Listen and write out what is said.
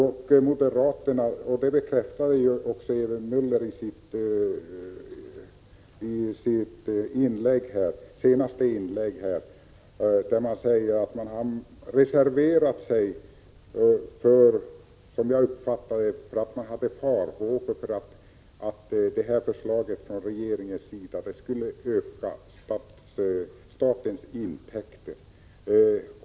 Och moderaterna — det bekräftade också Ewy Möller i sitt senaste inlägg — har reserverat sig därför att man som jag uppfattar det hade farhågor för att förslaget från regeringen skulle öka statens intäkter.